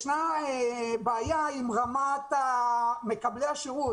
ישנה בעיה עם רמת מקבלי השירות,